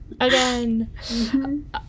again